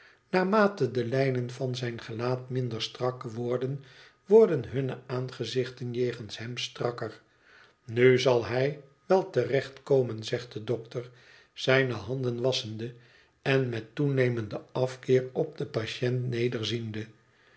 naarmate de lijnen van zijn gelaat minder strak worden worden hunne aangezichten jegens hem strakker nu zal hij wel te recht komen zegt de dokter zijne handen wasschende en met toenemenden afkeer op den patiënt